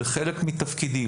זה חלק מתפקידי,